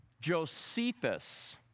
Josephus